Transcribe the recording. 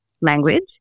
language